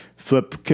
Flip